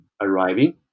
arriving